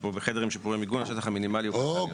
בחדר עם שיפורי מיגון השטח המינימלי הוא קטן יותר.